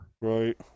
right